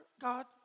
God